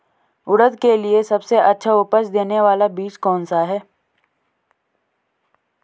उड़द के लिए सबसे अच्छा उपज देने वाला बीज कौनसा है?